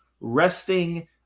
Resting